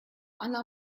она